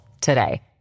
today